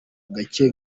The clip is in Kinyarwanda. gake